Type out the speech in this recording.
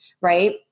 right